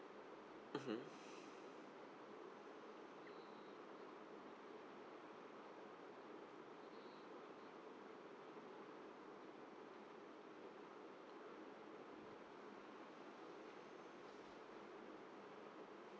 mmhmm